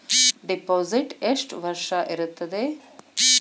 Deposit ಎಷ್ಟು ವರ್ಷ ಇರುತ್ತದೆ?